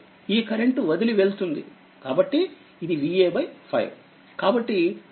ఈ కరెంట్ వదిలి వెళ్తుంది కాబట్టి ఇదిVa5